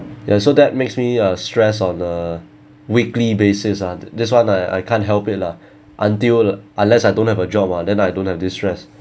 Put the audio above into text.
ya so that makes me uh stress on a weekly basis ah this [one] I I can't help it lah until unless I don't have a job ah then I don't have this stress